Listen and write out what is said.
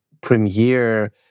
premiere